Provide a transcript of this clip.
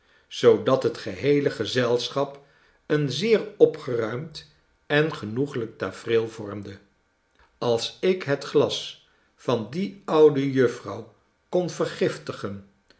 zoodat het geheele gezelschap een zeer opgeruimd en genoeglijk tafereel vormde als ik het glas van die oude jufvrouw kon vergiftigen